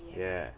yeah